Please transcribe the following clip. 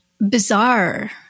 bizarre